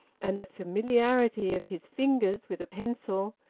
and the familiarity of his fingers with a pencil,